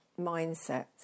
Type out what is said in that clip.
mindsets